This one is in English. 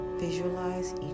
visualize